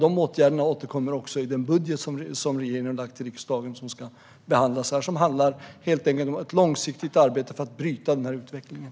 De åtgärderna återkommer i den budget som regeringen har lagt fram och som ska behandlas här i riksdagen. Det handlar helt enkelt om ett långsiktigt arbete för att bryta den här utvecklingen.